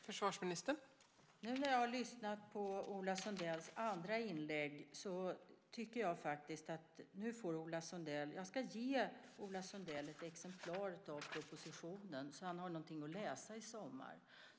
Fru talman! Nu när jag har lyssnat på Ola Sundells andra inlägg ska jag faktiskt ge Ola Sundell ett exemplar av propositionen så att han har någonting att läsa i sommar.